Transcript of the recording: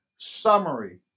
summary